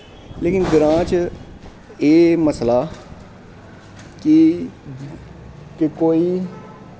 लेकिन ग्रांऽ च एह् मसला ऐ कि केह् कोई